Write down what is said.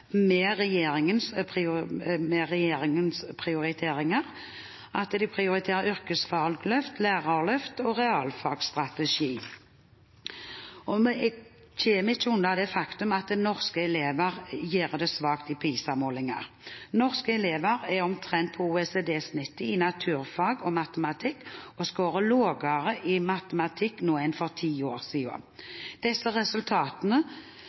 med regjeringens prioriteringer: yrkesfagløft, lærerløft og realfagsstrategi. Vi kommer ikke unna det faktum at norske elever gjør det svakt i PISA-målinger. Norske elever er omtrent på OECD-snittet i naturfag og matematikk og skårer lavere i matematikk nå enn for ti år siden. Disse resultatene